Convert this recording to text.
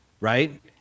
right